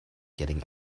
getting